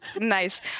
nice